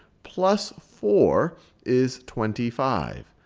plus four is twenty five.